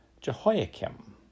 Jehoiakim